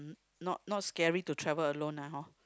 not not scary to travel alone lah hor